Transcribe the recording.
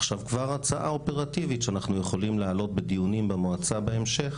עכשיו כבר הצעה אופרטיבית שאנחנו יכולים להעלות בדיונים במועצה בהמשך,